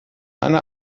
eine